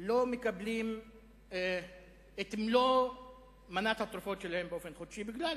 לא מקבלים את מלוא מנת התרופות החודשית שלהם בגלל